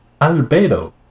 Albedo